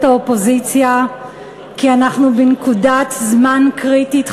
האופוזיציה כי אנחנו בנקודת זמן קריטית,